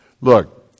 Look